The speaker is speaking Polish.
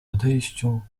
odejściu